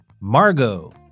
Margot